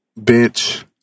bitch